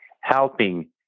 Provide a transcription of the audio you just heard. helping